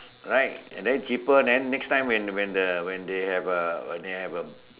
right and then cheaper right and then next time when when they have a when they have a